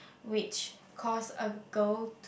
which cause a girl